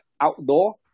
outdoor